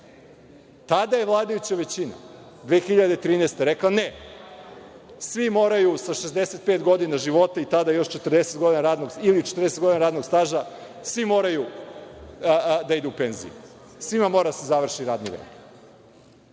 je vladajuća većina 2013. rekla ne. Svi moraju sa 65 godina života i tada još 40 godina radnog staža, svi moraju da idu u penziju, svima mora da se završi radni vek.